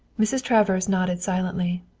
mrs. travers nodded silently.